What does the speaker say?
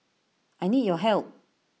I need your help